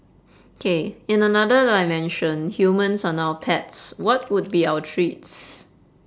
okay in another dimension humans are now pets what would be our treats